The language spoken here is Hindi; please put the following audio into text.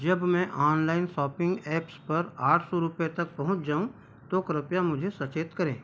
जब मैं ऑनलाइन सॉपिंग ऐप्स पर आठ सौ रुपये तक पहुँच जाऊँ तो कृपया मुझे सचेत करें